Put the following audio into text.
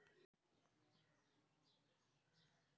Non banking किए हिये है?